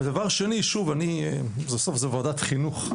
ודבר שני, שוב, זו ועדת חינוך.